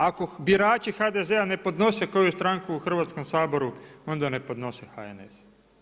Ako birači HDZ-a ne podnose koju stranku u Hrvatskom saboru onda ne podnose HNS.